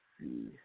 see